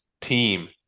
team